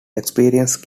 experience